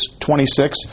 26